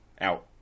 out